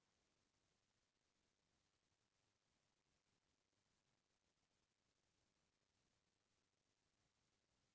घर मे खेती करे बर का अलग तरीका ला अपना के बीज ला इस्तेमाल करथें का?